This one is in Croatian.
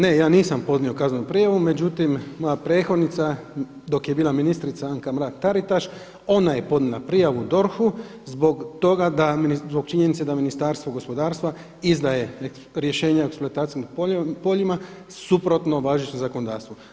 Ne, ja nisam podnio kaznenu prijavu, međutim moja prethodnica dok je bila ministrica Anka Mrak-Taritaš ona je podnijela prijavu DORH-u zbog činjenice da Ministarstvo gospodarstva izdaje rješenja o eksploatacijskim poljima suprotno važećem zakonodavstvu.